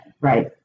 Right